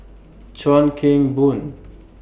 Chuan Keng Boon